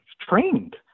trained